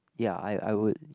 ya I I would